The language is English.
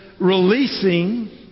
releasing